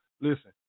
listen